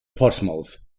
portsmouth